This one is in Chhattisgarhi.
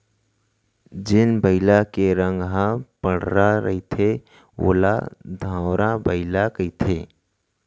जेन बइला के रंग ह पंडरा रहिथे ओला धंवरा बइला कथें